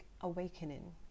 Awakening